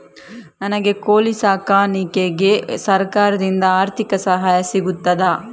ನನಗೆ ಕೋಳಿ ಸಾಕಾಣಿಕೆಗೆ ಸರಕಾರದಿಂದ ಆರ್ಥಿಕ ಸಹಾಯ ಸಿಗುತ್ತದಾ?